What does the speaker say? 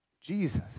Jesus